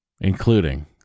including